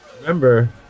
remember